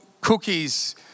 cookies